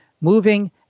moving